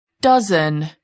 dozen